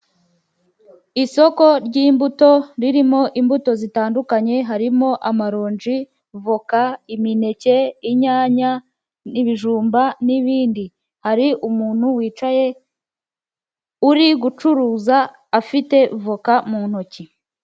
Isoko ry'imbuto ririmo imbuto zitandukanye harimo amaronji, voka, imineke, inyanya ibijumba, n'ibindi hari umuntu wicaye uri gucuruza afite voka mu ntoki.